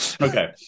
Okay